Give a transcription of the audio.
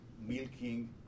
milking